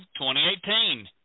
2018